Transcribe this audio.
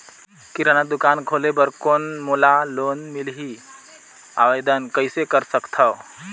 किराना दुकान खोले बर कौन मोला लोन मिलही? आवेदन कइसे कर सकथव?